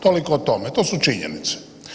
Toliko o tome, to su činjenice.